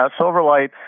Silverlight